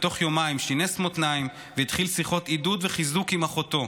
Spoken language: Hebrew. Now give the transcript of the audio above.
ותוך יומיים שינס מותניים והתחיל שיחות עידוד וחיזוק עם אחותו,